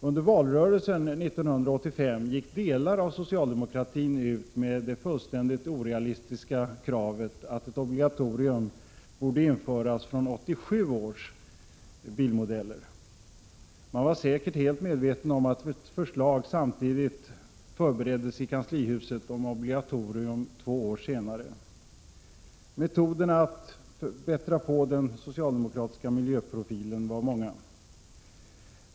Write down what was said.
Under valrörelsen 1985 gick delar av socialdemokratin ut med det fullständigt orealistiska kravet att ett obligatorium borde införas från 1987 års bilmodeller. Man var säkert väl medveten om att ett förslag samtidigt förbereddes i kanslihuset om obligatorium två år senare. Metoderna att bättra på den socialdemokratiska miljöprofilen var många.